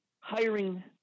hiring